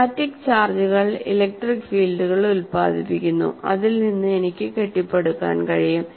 static ചാർജുകൾ electric ഫീൽഡുകൾ ഉൽപാദിപ്പിക്കുന്നു അതിൽ നിന്ന് എനിക്ക് കെട്ടിപ്പടുക്കാൻ കഴിയും